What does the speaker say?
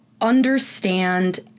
understand